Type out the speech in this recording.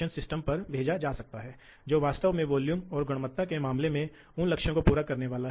तो अगर वे आम तौर पर स्थिर होते हैं तो फीड ड्राइव पर सही एक निरंतर टोक़ संचालन की आवश्यकता होती है